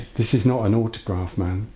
this is not an autograph man,